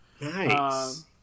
Nice